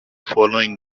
following